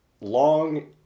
long